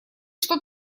что